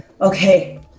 okay